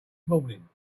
morning